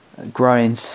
growing